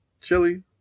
chili